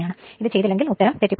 ഇത് ചെയ്തില്ലെങ്കിൽ ഉത്തരം തെറ്റും